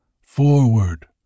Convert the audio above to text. forward